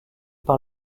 par